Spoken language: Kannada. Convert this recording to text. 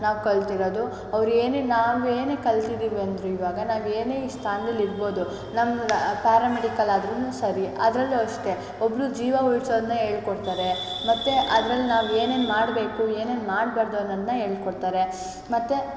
ನಾವು ಕಲಿತಿರೋದು ಅವ್ರ ಏನೇ ನಾವು ಏನೇ ಕಲ್ತಿದೀವಿ ಅಂದರೂ ಇವಾಗ ನಾವು ಏನೇ ಈ ಸ್ಥಾನ್ದಲ್ಲಿ ಇರ್ಬೋದು ನಮ್ಮ ಪ್ಯಾರಮೆಡಿಕಲ್ ಆದರೂ ಸರಿ ಅದರಲ್ಲೂ ಅಷ್ಟೇ ಒಬ್ಬರ ಜೀವ ಉಳಿಸೋದ್ನ ಹೇಳ್ಕೊಡ್ತಾರೆ ಮತ್ತು ಅದ್ರಲ್ಲಿ ನಾವು ಏನೇನು ಮಾಡಬೇಕು ಏನೇನು ಮಾಡಬಾರ್ದು ಅನ್ನೋದನ್ನ ಹೇಳ್ಕೊಡ್ತಾರೆ ಮತ್ತು